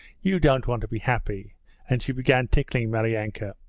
you don't want to be happy and she began tickling maryanka.